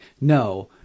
no